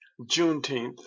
Juneteenth